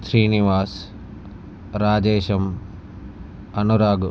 Srinivas Radheshyam Anurag